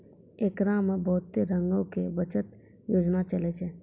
एकरा मे बहुते रंगो के बचत योजना चलै छै